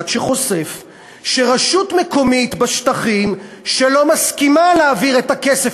שחושף שרשות מקומית בשטחים שלא מסכימה להעביר את הכסף